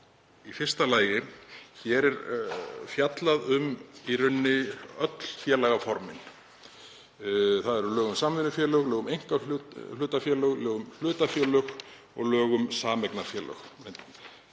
Í fyrsta lagi: Hér er í raun fjallað um öll félagaformin, þetta eru lög um samvinnufélög, lög um einkahlutafélög, lög um hlutafélög og lög um sameignarfélög.